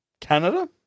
Canada